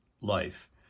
life